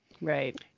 Right